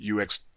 UX